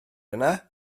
yna